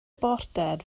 border